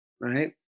Right